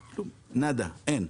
כלום, נאדה, אין.